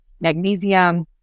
magnesium